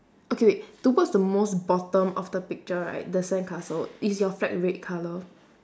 okay wait towards the most bottom of the picture right the sandcastle is your flag red colour